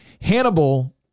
Hannibal